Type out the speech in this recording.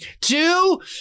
two